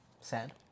sad